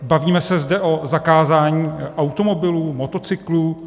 Bavíme se zde o zakázání automobilů, motocyklů?